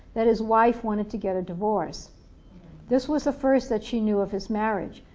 that his wife wanted to get a divorce this was the first that she knew of his marriage.